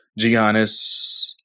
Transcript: Giannis